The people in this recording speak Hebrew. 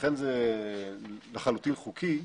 לכן זה לחלוטין חוקי.